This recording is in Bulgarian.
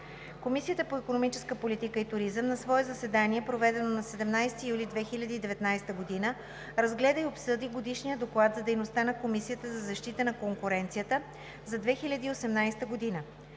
Комисията по икономическа политика и туризъм на свое заседание, проведено на 17 юли 2019 г., разгледа и обсъди Годишния доклад за дейността на Комисията за защита на конкуренцията за 2018 г.